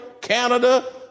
Canada